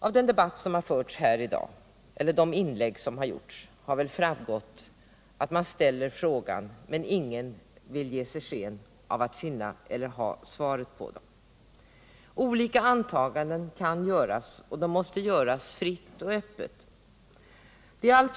Av de inlägg som gjorts här i dag har framgått att man ställer frågan om orsakerna, men ingen vill ge sken av att ha svaret på den. Olika antaganden kan göras — och måste göras fritt och öppet.